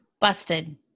Busted